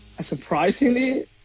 surprisingly